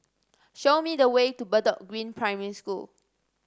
show me the way to Bedok Green Primary School